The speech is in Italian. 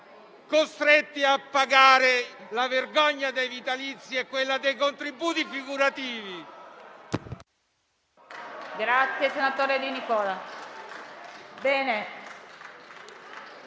costretti a pagare la vergogna dei vitalizi e dei contributi figurativi.